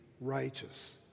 righteous